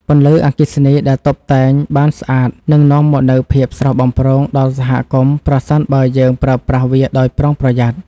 ពន្លឺអគ្គិសនីដែលតុបតែងបានស្អាតនឹងនាំមកនូវភាពស្រស់បំព្រងដល់សហគមន៍ប្រសិនបើយើងប្រើប្រាស់វាដោយប្រុងប្រយ័ត្ន។